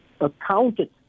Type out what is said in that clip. accounted